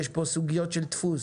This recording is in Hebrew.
יש פה סוגיות של דפוס,